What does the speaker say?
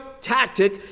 tactic